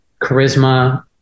charisma